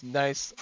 nice